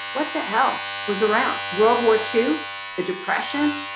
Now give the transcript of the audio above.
what the hell was around world war two the depression,